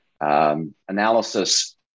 analysis